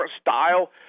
style